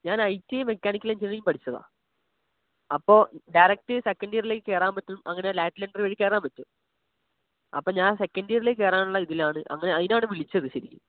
ഞാന് I T mechanical engineering പഠിച്ചതാ അപ്പോൾ ഡയറക്റ്റ് സെക്കന്ഡ് ഇയറിലേക്ക് കയറാൻ പറ്റും അങ്ങനെ ലാറ്റെൽ എന്ട്രി വഴി കയറാൻ പറ്റും അപ്പം ഞാന് സെക്കന്ഡ് ഇയറിലേക്ക് കയറാനുള്ള ഇതിലാണ് അങ്ങനെ അതിനാണ് വിളിച്ചത് ശരിക്കും